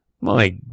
My